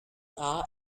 are